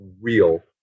real